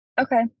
Okay